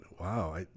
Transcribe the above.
wow